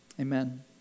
Amen